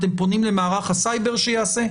אתם פונים למערך הסייבר שיעשה?